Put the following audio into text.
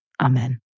Amen